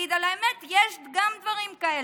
להגיד את האמת, יש גם דברים כאלה,